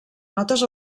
notes